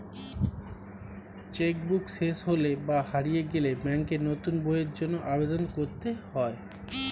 check book শেষ হলে বা হারিয়ে গেলে ব্যাঙ্কে নতুন বইয়ের জন্য আবেদন করতে হয়